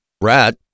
Rat